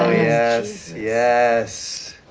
um yes yeah yes